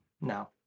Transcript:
no